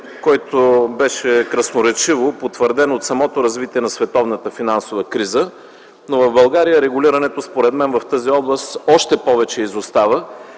който беше красноречиво потвърден от самото развитие на световната финансова криза. Според мен в България регулирането в тази област все още изостава.